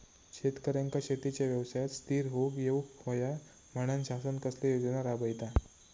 शेतकऱ्यांका शेतीच्या व्यवसायात स्थिर होवुक येऊक होया म्हणान शासन कसले योजना राबयता?